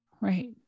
right